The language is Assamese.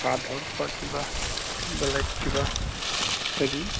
ভাত হওক বা কিবা বেলেগ কিবা হেৰি